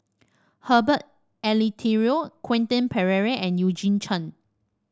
Herbert Eleuterio Quentin Pereira and Eugene Chen